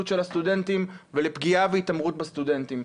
של הסטודנטים ולפגיעה והתעמרות בסטודנטים.